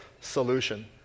solution